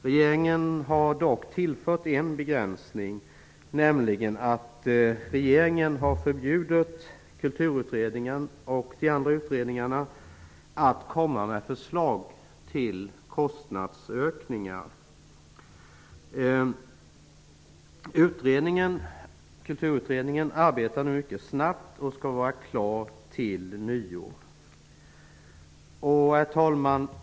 Regeringen har dock tillfört en begränsning. Regeringen har nämligen förbjudit Kulturutredningen och de andra utredningarna att komma med förslag till kostnadsökningar. Kulturutredningen arbetar nu mycket snabbt och skall vara klar till nyår. Herr talman!